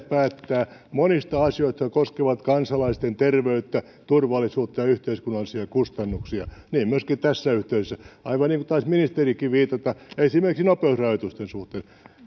päättää monista asioista jotka koskevat kansalaisten terveyttä turvallisuutta ja yhteiskunnallisia kustannuksia niin myöskin tässä yhteydessä aivan niin kuin taisi ministerikin viitata esimerkiksi nopeusrajoitusten suhteen